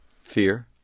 Fear